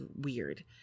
weird